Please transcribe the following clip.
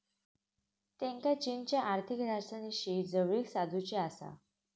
त्येंका चीनच्या आर्थिक राजधानीशी जवळीक साधुची आसा